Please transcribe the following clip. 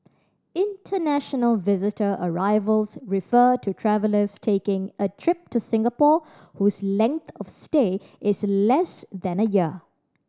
international visitor arrivals refer to travellers taking a trip to Singapore whose length of stay is less than a year